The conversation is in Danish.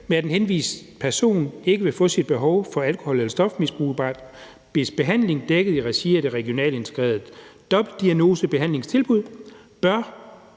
med, at en henvist person ikke vil få sit behov for alkohol- eller stofmisbrugsbehandling dækket i regi af det regionale integrerede dobbeltdiagnosebehandlingstilbud, bør